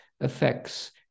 affects